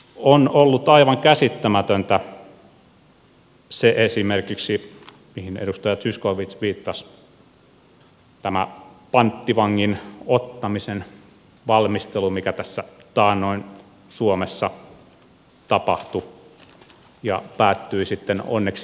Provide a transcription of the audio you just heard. on ollut aivan käsittämätöntä esimerkiksi se mihin edustaja zyskowicz viittasi tämä panttivangin ottamisen valmistelu mikä tässä taannoin suomessa tapahtui ja päättyi sitten onneksi onnellisesti viroon